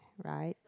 right